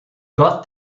got